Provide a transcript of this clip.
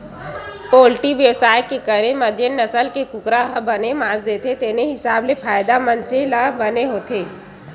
poultry बेवसाय के करे म जेन नसल के कुकरा ह बने मांस देथे तेने हिसाब ले फायदा मनसे ल बने होथे